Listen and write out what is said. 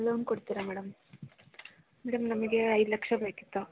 loan ಕೊಡ್ತೀರ madam madam ನಮ್ಗೆ ಐದು ಲಕ್ಷ ಬೇಕಿತ್ತು